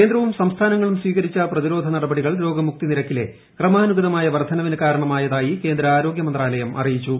കേന്ദ്രവും സംസ്ഥാനങ്ങളും സ്വീകരിച്ച പ്രതിരോധ നടപടികൾ രോഗമുക്തി നിരക്കിലെ ക്രമാനുഗതമായ വർധനവിന്ക്കാരണമായതായി കേന്ദ്ര ആരോഗൃ മന്ത്രാലയം അറിയിച്ചു